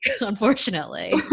Unfortunately